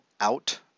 out